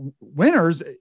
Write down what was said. winners